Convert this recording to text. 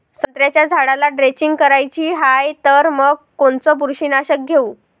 संत्र्याच्या झाडाला द्रेंचींग करायची हाये तर मग कोनच बुरशीनाशक घेऊ?